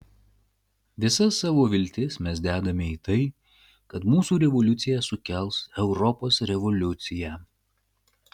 visas savo viltis mes dedame į tai kad mūsų revoliucija sukels europos revoliuciją